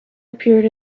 appeared